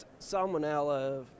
salmonella